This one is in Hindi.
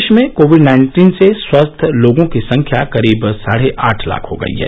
देश में कोविड नाइन्टीन से स्वस्थ लोगों की संख्या करीब साढे आठ लाख हो गई है